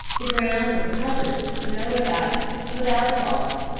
the ground was covered with snow and ice, without a thaw.